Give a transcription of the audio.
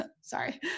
sorry